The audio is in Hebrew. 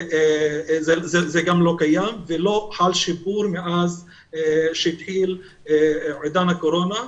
גם זה לא קיים ולא חל שיפור מאז התחיל עידן הקורונה.